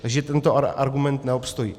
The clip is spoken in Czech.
Takže tento argument neobstojí.